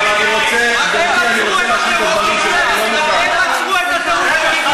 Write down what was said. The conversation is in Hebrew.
אבל אני רוצה, גברתי, הם עצרו את הטירוף שלכם.